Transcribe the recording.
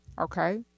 Okay